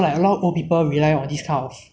the government like make the